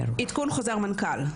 עדכון חוזר מנכ"ל,